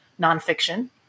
nonfiction